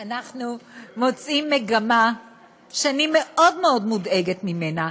אנחנו מוצאים מגמה שאני מאוד מאוד מודאגת ממנה,